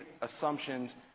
assumptions